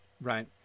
Right